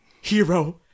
Hero